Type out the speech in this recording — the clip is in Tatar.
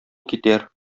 китәр